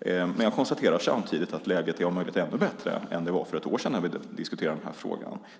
Samtidigt konstaterar jag att läget nu om möjligt är ännu bättre än när vi diskuterade denna fråga för ett år sedan.